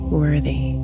worthy